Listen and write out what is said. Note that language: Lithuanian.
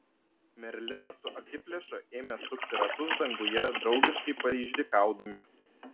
merlinas su akiplėša ėmė sukti ratus danguje draugiškai paišdykaudami